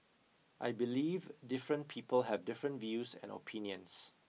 I believe different people have different views and opinions